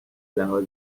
لحاظ